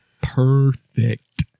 perfect